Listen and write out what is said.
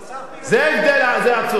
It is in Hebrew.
אבל השר פינס, זה ההבדל, זה עצוב.